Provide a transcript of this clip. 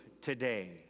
today